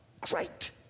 great